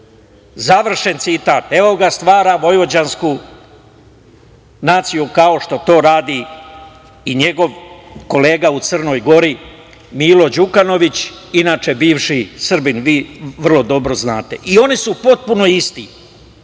Vojvođanin. Evo ga, stvara vojvođansku naciju, kao što to radi i njegov kolega u Crnoj Gori, Milo Đukanović, inače bivši Srbin. Vi to vrlo dobro znate. I oni su potpuno isti. Kada